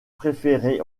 préféré